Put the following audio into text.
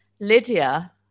Lydia